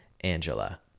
Angela